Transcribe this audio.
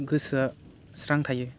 गोसोआ स्रां थायो